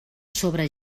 sobre